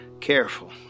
careful